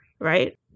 right